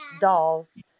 dolls